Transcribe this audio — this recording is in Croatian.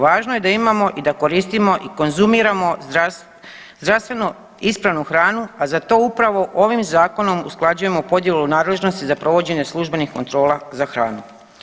Važno je da imamo i da koristimo i da konzumiramo zdravstveno ispravnu hranu, a za to upravo ovim zakonom usklađujemo podjelu nadležnosti za provođenje službenih kontrola za hranu.